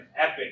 epic